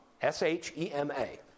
S-H-E-M-A